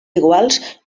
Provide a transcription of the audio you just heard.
iguals